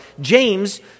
James